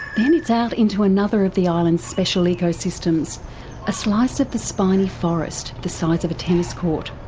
then it's out into another of the island's special ecosystems a slice of the spiny forest, the size of a tennis court,